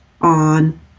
on